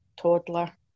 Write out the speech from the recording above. toddler